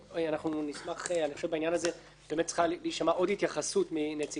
בעניין הזה צריכה להישמע עוד התייחסות מנציגי הממשלה,